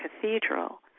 cathedral